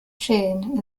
chain